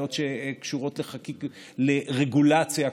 בבעיות שקשורות לרגולציה,